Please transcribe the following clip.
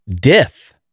diff